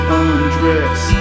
undress